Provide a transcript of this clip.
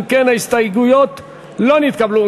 אם כן, ההסתייגות לא נתקבלה.